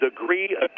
degree